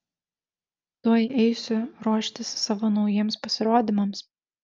tuoj eisiu ruoštis savo naujiems pasirodymams